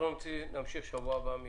תודה רבה,